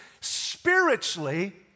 spiritually